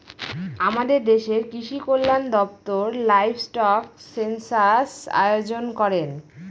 আমাদের দেশের কৃষিকল্যান দপ্তর লাইভস্টক সেনসাস আয়োজন করেন